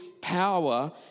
power